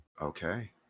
Okay